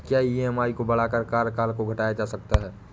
क्या ई.एम.आई को बढ़ाकर कार्यकाल को घटाया जा सकता है?